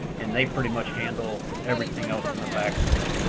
and they pretty much handle everything else on the back side.